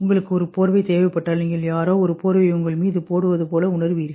உங்களுக்கு ஒரு போர்வை தேவைப்பட்டால் நீங்கள் யாரோ ஒரு போர்வையை உங்கள் மீது போடுவது போல உணர்வீர்கள்